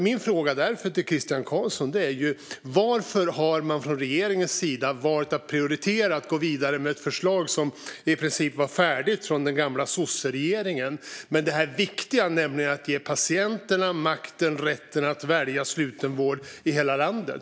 Min fråga till Christian Carlsson är därför: Varför har man från regeringens sida valt att prioritera att gå vidare med ett förslag från den gamla sosseregeringen som i princip var färdigt men inte vidtagit några åtgärder när det gäller det viktiga, nämligen att ge patienterna makten och rätten att välja slutenvård i hela landet?